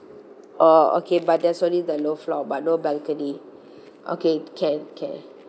oh okay but there's only the low floor but no balcony okay can can